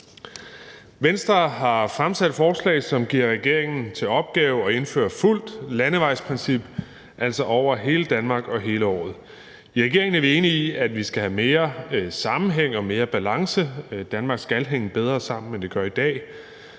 Venstre har fremsat et forslag, som giver regeringen til opgave at indføre fuldt landevejsprincip, altså over hele Danmark og hele året. I regeringen er vi enige i, at vi skal have mere sammenhæng og mere balance; Danmark skal hænge bedre sammen end i dag.